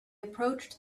approached